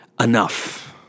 enough